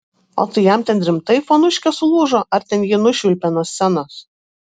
o tai jam ten rimtai fonuškė sulūžo ar ten jį nušvilpė nuo scenos